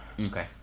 Okay